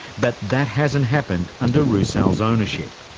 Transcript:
but that hasn't happened under rusal's ownership.